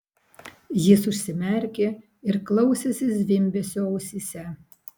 jis užsimerkė ir klausėsi zvimbesio ausyse